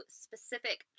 specific